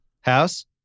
House